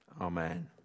amen